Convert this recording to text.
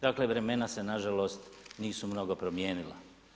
Dakle, vremena se nažalost nisu mnogo promijenila.